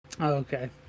okay